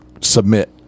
submit